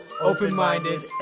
open-minded